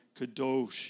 kadosh